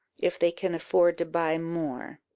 if they can afford to buy more.